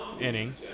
inning